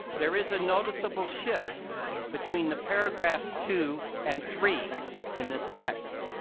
there is a noticeable shift between the paragraphs two and three in this text.